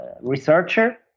researcher